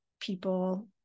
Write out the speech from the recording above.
people